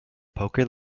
poker